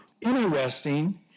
Interesting